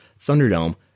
Thunderdome